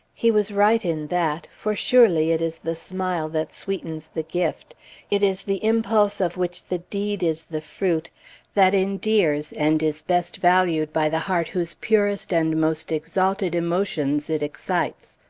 he was right in that, for surely it is the smile that sweetens the gift it is the impulse of which the deed is the fruit that endears and is best valued by the heart whose purest and most exalted emotions it excites.